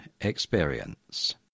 experience